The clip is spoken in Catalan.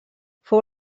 fou